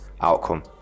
outcome